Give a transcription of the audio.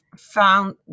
found